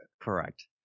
correct